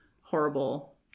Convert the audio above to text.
horrible